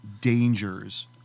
dangers